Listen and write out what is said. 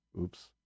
Oops